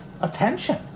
attention